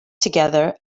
together